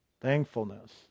thankfulness